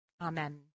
Amen